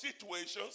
situations